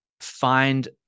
find